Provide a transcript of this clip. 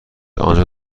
آنجا